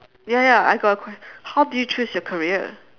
ya ya I got a quest~ how did you choose your career